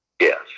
Yes